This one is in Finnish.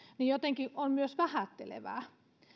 jotenkin on myös vähättelevää